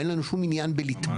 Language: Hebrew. אין לנו שום עניין בלתבוע.